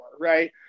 right